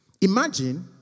Imagine